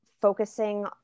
focusing